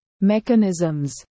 mechanisms